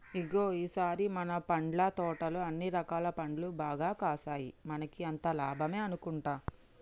ఇగో ఈ సారి మన పండ్ల తోటలో అన్ని రకాల పండ్లు బాగా కాసాయి మనకి అంతా లాభమే అనుకుంటా